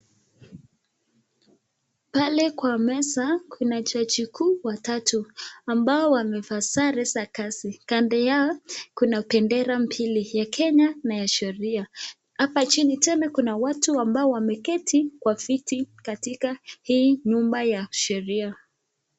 Pale kwa meza kuna jaji kuu watatu ambaye Wamevaa sare za kazi, kando yao kuna bendera mbili ya Kenya na ya sheria. Apa chini tena kuna watu ambao wameketi kwa viti katika hii nyumba ya sheria.